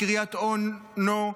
מקריית אונו,